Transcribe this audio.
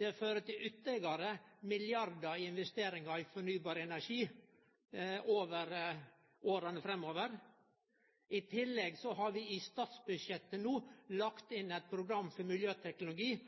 Det fører til ytterlegare milliardar i investeringar i fornybar energi i åra framover. I tillegg har vi i statsbudsjettet no lagt inn eit program for miljøteknologi